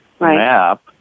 Map